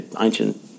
ancient